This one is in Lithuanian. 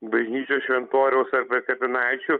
bažnyčios šventoriaus ar prie kapinaičių